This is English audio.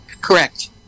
Correct